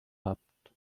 habt